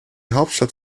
hauptstadt